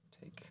take